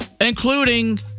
including